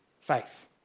faith